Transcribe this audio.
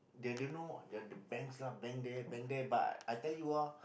they didn't know the the bands lah band there band there but I tell you ah